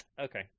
Okay